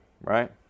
right